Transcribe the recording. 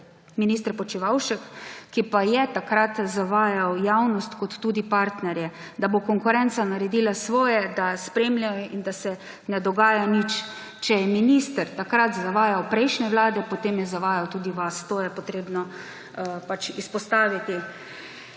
minister Počivalšek, ki pa je takrat zavajal javnost kot tudi partnerje, da bo konkurenca naredila svoje, da spremlja in da se ne dogaja nič. Če je minister takrat zavajal prejšnje vlade, potem je zavajal tudi vas. To je treba pač izpostaviti.